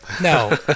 No